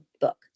book